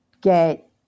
get